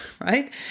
right